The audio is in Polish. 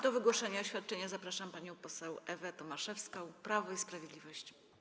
Do wygłoszenia oświadczenia zapraszam panią poseł Ewę Tomaszewską, Prawo i Sprawiedliwość.